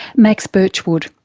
max birchwood.